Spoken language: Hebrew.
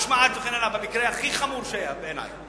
כשהיתה משמעת, במקרה הכי חמור שהיה, בעיני.